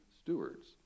stewards